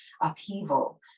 upheaval